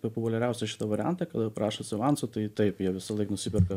populiariausią šitą variantą kada prašosi avanso tai taip jie visąlaik nusiperka